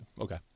Okay